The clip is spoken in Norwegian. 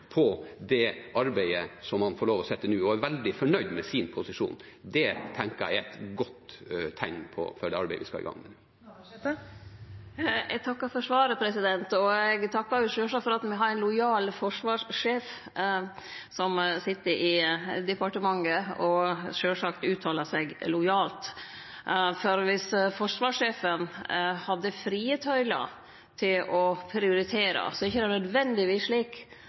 på det arbeidet som det han får lov til nå, og er veldig fornøyd med sin posisjon. Det tenker jeg er et godt tegn for det arbeidet vi skal i gang med. Eg takkar for svaret. Eg takkar sjølvsagt også for at me har ein lojal forsvarssjef som sit i departementet og sjølvsagt uttalar seg lojalt. For dersom forsvarssjefen hadde hatt frie tyglar til å prioritere, er det ikkje nødvendigvis slik